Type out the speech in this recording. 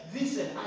listen